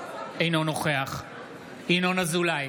אינו נוכח ינון אזולאי,